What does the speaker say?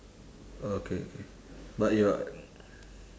okay okay but you are